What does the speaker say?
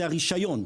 זה הרישיון.